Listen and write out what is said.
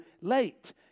late